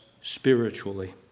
spiritually